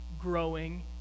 growing